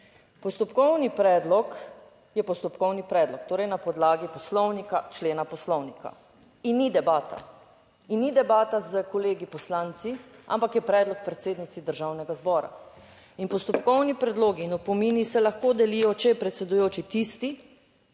Postopkovni predlog je postopkovni predlog, torej na podlagi Poslovnika, člena Poslovnika in ni debata in ni debata s kolegi poslanci, ampak je predlog predsednici Državnega zbora. In postopkovni predlogi in opomini se lahko delijo, če je predsedujoči tisti,